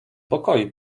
pokoju